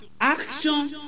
Action